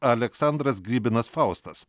aleksandras grybinas faustas